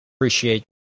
Appreciate